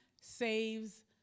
saves